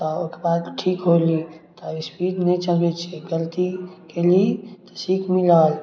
तऽ ओहिके बाद ठीक होली तऽ इस्पीड नहि चलबै छिए गलती कएली तऽ सीख मिलल